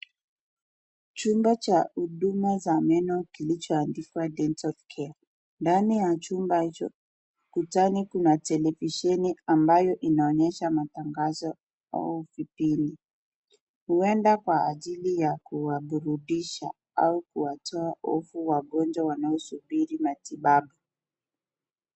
Chumba cha huduma za Meno kilicho andikwa "dental care",ndani ya chumba hicho ukutani Kuna televisheni inayo onyesha matangazo au vipindi, huenda Kwa ajili ya kuwaburudisha ama kuwatoa hofu wagonjwa wanao subiri matibabu.